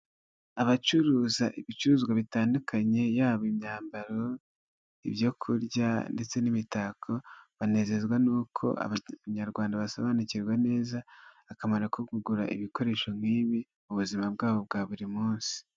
Abacuruza ibicuruzwa bitandukanye yaba imyambaro ibyo kurya, ndetse n'imitako banezezwa n'uko Abarwanda basobanukirwa neza akamaro ko kugura ibikoresho nk'ibi, mu buzima bwabo bwa buri munsi.